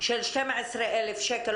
של 12,000 שקל,